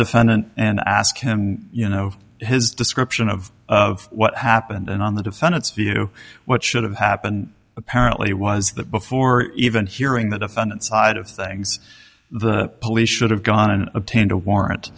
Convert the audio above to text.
defendant and ask him you know his description of of what happened and on the defendant's view what should have happened apparently was that before even hearing that a fun side of things the police should have gone and obtained a warrant